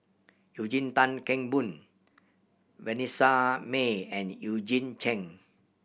Eugene Tan Kheng Boon Vanessa Mae and Eugene Chen